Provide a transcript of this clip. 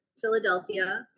Philadelphia